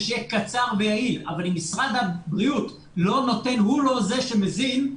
את זה כסיוע למשרד הבריאות הגם שהעניין הזה הוא לא רפואי נטו.